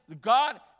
God